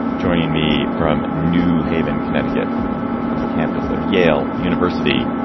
joining me from new haven, connecticut, from the campus of yale university